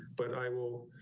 but i will,